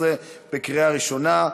בקריאה ראשונה.